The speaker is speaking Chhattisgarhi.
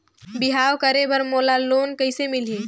बिहाव करे बर मोला लोन कइसे मिलही?